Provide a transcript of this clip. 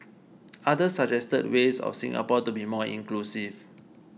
others suggested ways of Singapore to be more inclusive